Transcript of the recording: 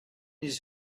his